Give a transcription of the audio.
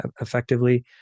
effectively